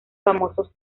famosos